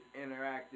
interactive